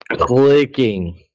clicking